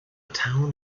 town